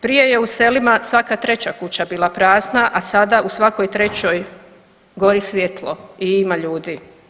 Prije je u selima svaka 3 kuća bila prazna, a sada u svakoj 3 gori svijetlo i ima ljudi.